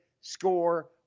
score